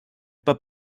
pas